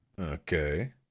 Okay